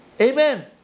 Amen